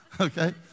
okay